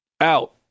out